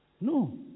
No